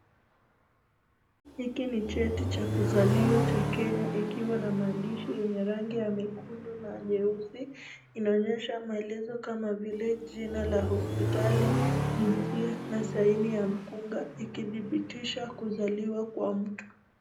Hiki ni cheti cha kuzaliwa cha Kenya ikiwa na maandishi yenye rangi ya mekundu na nyeusi inaonyesha maelezo kama vile jina la hospitali, jinsia na saini ya mkunga ikitibitisha kuzaliwa kwa mtu.